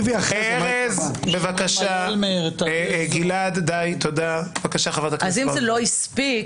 תרחיבי- ----- אם זה לא הספיק,